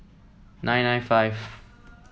nine nine five